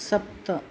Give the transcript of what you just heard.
सप्त